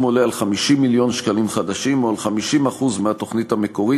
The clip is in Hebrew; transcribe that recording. עולה על 50 מיליון שקלים חדשים או על 50% מסכום התוכנית המקורית,